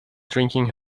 drinking